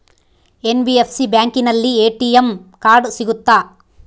NBFC ಬ್ಯಾಂಕಿನಲ್ಲಿ ATM card ಸಿಗುತ್ತಾ?